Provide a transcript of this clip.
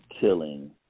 killing